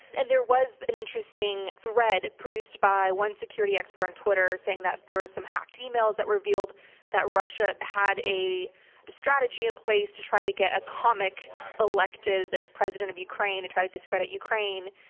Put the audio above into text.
and there was an interesting thread produced by one security expert on twitter, saying that there were some hacked e-mails that revealed that russia had a strategy in place to try to get a comic elected president of ukraine, and try to discredit ukraine.